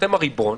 אתם הריבון,